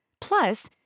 Plus